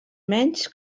menys